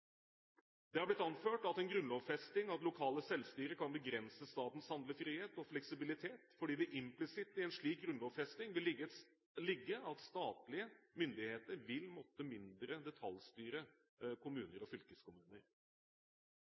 Det har blitt anført at en grunnlovfesting av det lokale selvstyret kan begrense statens handlefrihet og fleksibilitet, fordi det implisitt i en slik grunnlovfesting vil ligge at statlige myndigheter vil måtte detaljstyre kommuner og fylkeskommuner